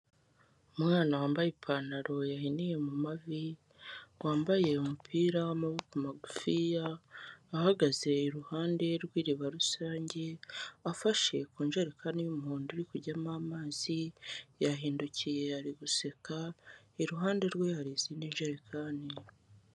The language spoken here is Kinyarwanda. Umwana wambaye ipantaro yahiniye mu mavi, wambaye umupira w'amaboko magufiya, ahagaze iruhande rw'iriba rusenge, afashe ku njerekani y'umuhondo iri kujyamo amazi, yahindukiye ari guseka, iruhande rwe hari izindi jerekani.